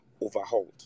overhauled